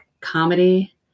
comedy